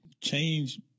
change